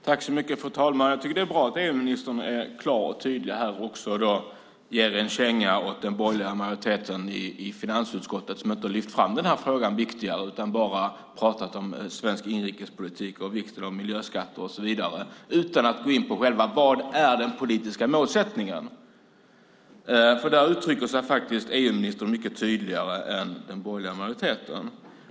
Fru talman! Jag tycker att det är bra att EU-ministern är klar och tydlig och också ger en känga åt den borgerliga majoriteten i finansutskottet som inte har lyft fram den här frågan som viktigare utan bara pratat om svensk inrikespolitik och vikten av miljöskatter och så vidare utan att gå in på vad den politiska målsättningen är. I detta uttrycker sig faktiskt EU-ministern mycket tydligare än den borgerliga majoriteten.